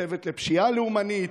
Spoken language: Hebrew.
צוות לפשיעה לאומנית,